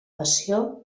passió